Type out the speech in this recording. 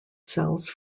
cells